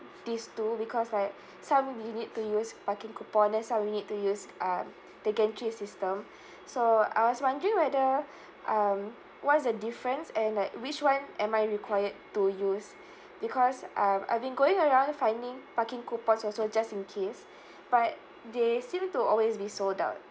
these two because like some we need to use parking coupon then some we need to use um the gantry system so I was wondering whether um what's the difference and like which [one] am I required to use because I'm I've been going around finding parking coupons also just in case but they seem to always be sold out